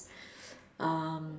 um